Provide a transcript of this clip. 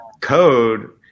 code